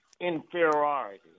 inferiority